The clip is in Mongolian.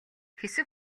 хэсэг